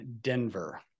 denver